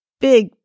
Big